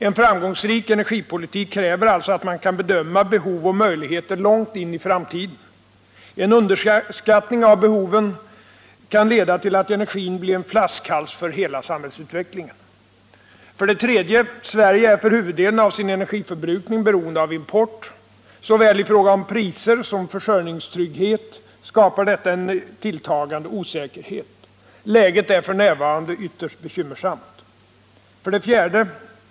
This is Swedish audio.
En framgångsrik energipolitik kräver alltså att man kan bedöma behov och möjligheter långt in i framtiden. En underskattning av behoven kan leda till att energin blir en flaskhals för hela samhällsutvecklingen. 3. Sverige är för huvuddelen av sin energiförbrukning beroende av import. I fråga om såväl priser som försörjni. :gstrygghet skapar detta en tilltagande osäkerhet. Läget är f.n. ytterst bekymmersamt. 4.